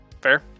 Fair